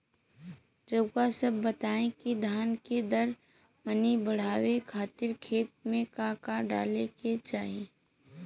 रउआ सभ बताई कि धान के दर मनी बड़ावे खातिर खेत में का का डाले के चाही?